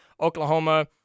Oklahoma